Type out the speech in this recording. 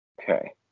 Okay